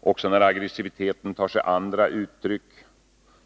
Också när aggressiviteten tar sig andra uttryck,